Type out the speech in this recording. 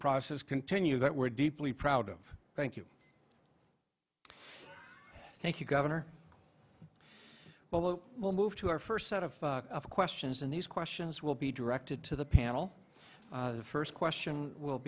process continue that we're deeply proud of thank you thank you governor well we'll move to our first set of questions and these questions will be directed to the panel the first question will